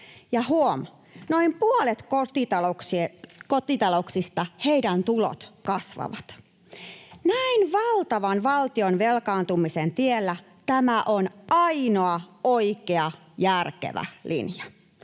huom.! Noin puolella kotitalouksista tulot kasvavat. Näin valtavan valtion velkaantumisen tiellä tämä on ainoa oikea ja järkevä linja.